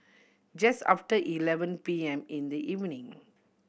just after eleven P M in the evening